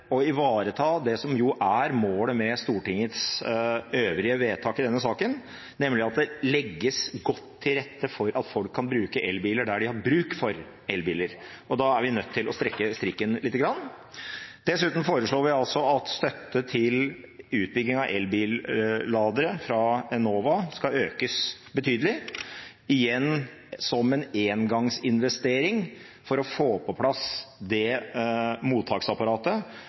å ivareta det som jo er målet med Stortingets øvrige vedtak i denne saken, nemlig at det legges godt til rette for at folk kan bruke elbiler der de har bruk for elbiler. Da er vi nødt til å strekke strikken lite grann. Dessuten foreslår vi at støtten fra Enova til utbygging av elbilladere skal økes betydelig, igjen som en engangsinvestering, for å få på plass det mottaksapparatet